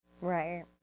Right